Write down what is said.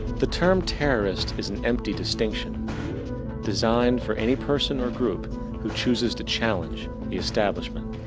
the term terrorist is an empty distinction designed for any person or group who chooses to challenge establishment.